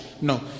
No